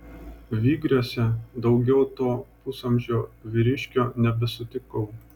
vygriuose daugiau to pusamžio vyriškio nebesutikau